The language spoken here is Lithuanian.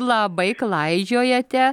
labai klaidžiojate